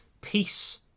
peace